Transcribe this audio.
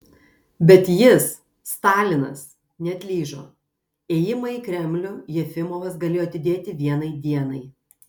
bet jis stalinas neatlyžo ėjimą į kremlių jefimovas galėjo atidėti vienai dienai